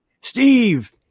Steve